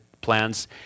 plans